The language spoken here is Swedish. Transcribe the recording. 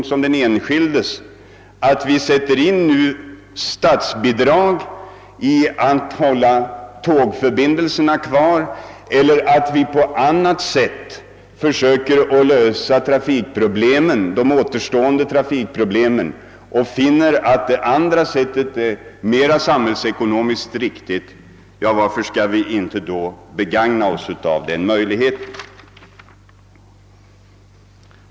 Om vi mot bakgrunden av de planer som SJ nu redovisat ingående frågar oss vad som lönar sig bäst ur såväl samhällets som den enskildes synpunkt och finner att det sistnämnda sättet är det samhällsekonomiskt riktiga, varför skulle vi då inte begagna denna möjlighet?